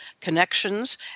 connections